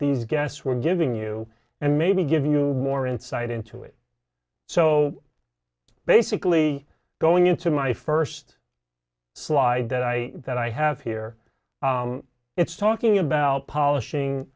these guests were giving you and maybe give you more insight into it so basically going into my first slide that i that i have here it's talking about